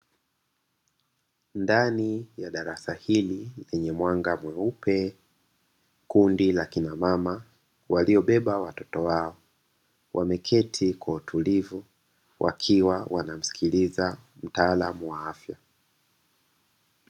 Ndani ya darasa hili lenye mwanga mweupe, kundi la kina mama waliobeba watoto wao. Wameketi kwa utulivu wakiwa wanamsikiliza mtaalamu wa afya.